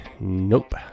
Nope